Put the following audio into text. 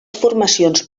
formacions